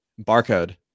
Barcode